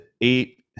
eight